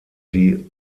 die